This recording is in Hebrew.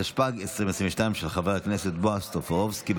התשפ"ג 2022, של חבר הכנסת בועז טופורובסקי.